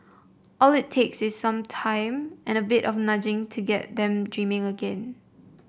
all it takes is some time and a bit of nudging to get them dreaming again